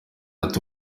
ati